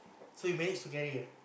so you managed to carry ah